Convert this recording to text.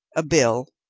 a bill,